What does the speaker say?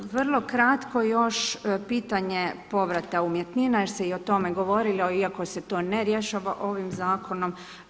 Vrlo kratko još pitanje povrata umjetnina jer se i o tome govorilo, iako se to ne rješava ovim zakonom.